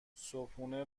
صبحونه